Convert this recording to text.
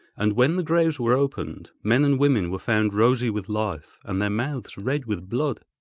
and when the graves were opened, men and women were found rosy with life, and their mouths red with blood.